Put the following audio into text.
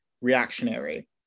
reactionary